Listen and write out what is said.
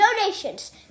donations